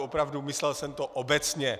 Opravdu myslel jsem to obecně.